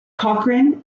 cochrane